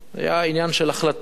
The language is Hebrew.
היה עניין של החלטה: